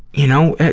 you know,